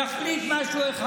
יחליט משהו אחד,